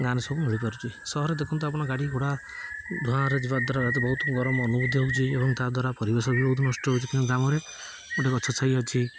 ଗାଁରେ ସବୁ ମିଳିପାରୁଛି ସହରରେ ଦେଖନ୍ତୁ ଆପଣ ଗାଡ଼ି ଘୋଡ଼ା ଧୂଆଁରେ ଯିବା ଦ୍ୱାରା ବହୁତ ଗରମ ଅନୁଭୂତି ହେଉଛି ଏବଂ ତା ଦ୍ୱାରା ପରିବେଶ ବି ବହୁତ ନଷ୍ଟ ହେଉଛି କିନ୍ତୁ ଗ୍ରାମରେ ଗୋଟେ ଗଛ ଛାଇ ଅଛି